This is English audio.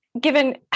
given